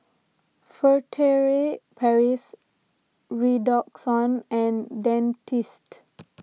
Furtere Paris Redoxon and Dentiste